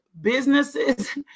businesses